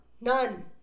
None